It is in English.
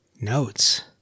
Notes